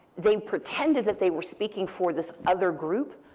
they pretended that they were speaking for this other group,